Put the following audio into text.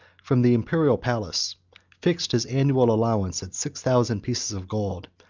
from the imperial palace fixed his annual allowance at six thousand pieces of gold,